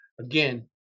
again